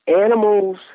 animals